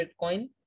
Bitcoin